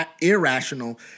irrational